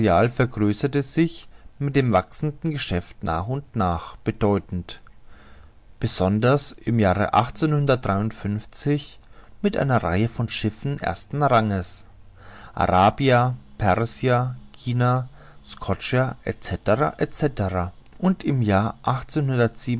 vergrößerte sich mit den wachsenden geschäften nach und nach bedeutend besonders im jahre mit einer reihe von schiffen ersten ranges arabia persia china scotia etc etc und im jahre